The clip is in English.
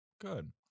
Good